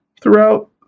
throughout